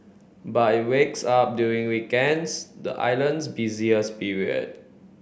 but it wakes up during weekends the island's busiest period